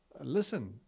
listen